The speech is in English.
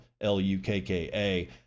L-U-K-K-A